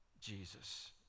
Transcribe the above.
Jesus